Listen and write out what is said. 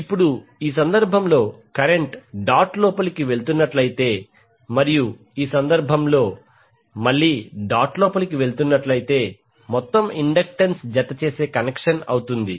ఇప్పుడు ఈ సందర్భంలో కరెంట్ డాట్ లోపలికి వెళుతున్నట్లయితే మరియు ఈ సందర్భంలో మళ్ళీ డాట్ లోపలికి వెళుతున్నట్లయితే మొత్తం ఇండక్టెన్స్ జతచేసే కనెక్షన్ అవుతుంది